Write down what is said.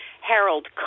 Harold